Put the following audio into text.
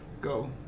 go